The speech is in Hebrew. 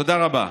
תודה רבה.